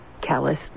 callous